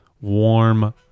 warm